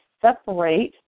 separate